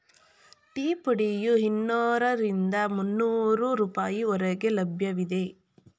tea ಪುಡಿಯು ಇನ್ನೂರರಿಂದ ಮುನ್ನೋರು ರೂಪಾಯಿ ಹೊರಗೆ ಲಭ್ಯವಿದೆ